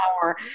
power